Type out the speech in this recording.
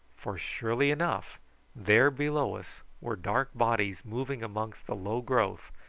for surely enough there below us were dark bodies moving amongst the low growth,